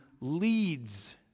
leads